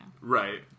Right